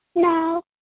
No